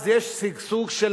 אז יש שגשוג של